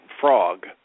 frog